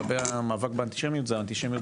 לגבי המאבק באנטישמיות זה האנטישמיות